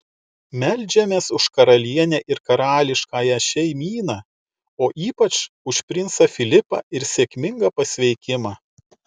meldžiamės už karalienę ir karališkąją šeimyną o ypač už princą filipą ir sėkmingą pasveikimą